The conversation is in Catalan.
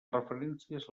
referències